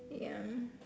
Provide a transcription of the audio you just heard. ya